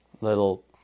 little